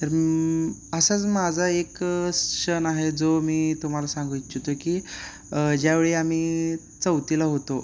तर असाच माझा एक क्षण आहे जो मी तुम्हाला सांगू इच्छितो की ज्यावेळी आम्ही चौथीला होतो